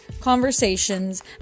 conversations